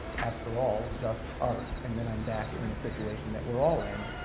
after all just art, and then i'm back in the situation that we're all in,